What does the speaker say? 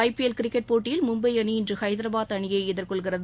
IPL cricket போட்டியில் மும்பை அணி இன்று ஐதராபாத் அணியை எதிர்கொள்கிறது